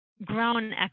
Grown